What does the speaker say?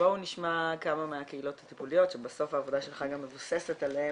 בואו נשמע כמה מהקהילות הטיפוליות שבסוף העבודה שלך גם מבוססת עליהן,